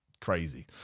crazy